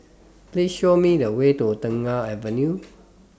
Please Show Me The Way to Tengah Avenue